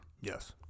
Yes